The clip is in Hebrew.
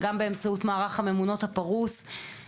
וגם באמצעות מערך הממונות הפרוס,